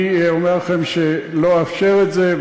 אני אומר לכם שלא אאפשר את זה,